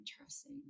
interesting